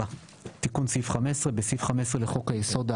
תיקון סעיף 15 4. בסעיף 15 לחוק היסוד,